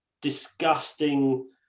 disgusting